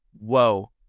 whoa